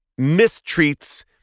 mistreats